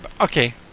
Okay